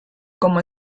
como